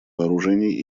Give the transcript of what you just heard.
вооружений